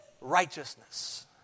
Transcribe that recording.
Righteousness